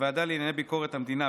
בוועדה לענייני ביקורת המדינה,